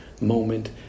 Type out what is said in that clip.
moment